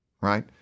right